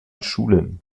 schulen